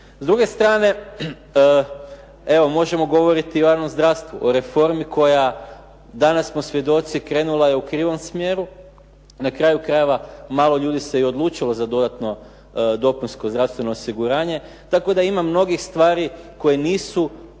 S druge strane, evo možemo govoriti o javnom zdravstvu, o reformi koja danas smo svjedoci krenula je u krivom smjeru. Na kraju krajeva malo ljudi se i odlučilo za dodatno dopunsko zdravstveno osiguranje, tako da ima novih stvari koje nisu u